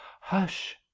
Hush